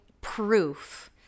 proof